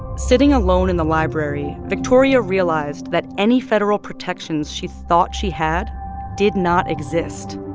sitting alone in the library, victoria realized that any federal protections she thought she had did not exist.